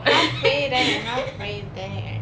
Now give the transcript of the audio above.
half way there half way there